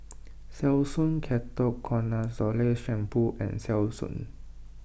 Selsun Ketoconazole Shampoo and Selsun